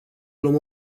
luăm